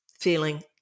feeling